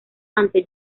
ante